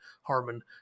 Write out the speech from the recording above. Harmon